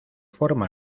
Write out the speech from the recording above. forma